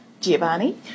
Giovanni